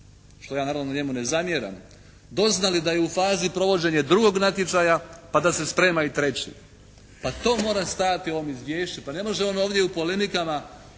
što ja naravno njemu ne zamjeram, doznali da je u fazi provođenje drugog natječaja pa da se sprema i treći. Pa to mora stajati u ovom izvješću. Pa ne može on ovdje u polemikama,